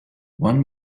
one